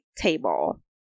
table